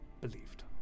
believed